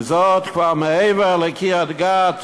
זה כבר מעבר לקריית-גת,